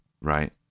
right